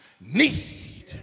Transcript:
need